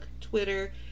Twitter